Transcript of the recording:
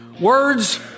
words